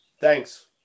thanks